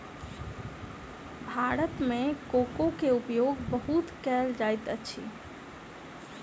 भारत मे कोको के उपयोग बहुत कयल जाइत अछि